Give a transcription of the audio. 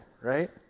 right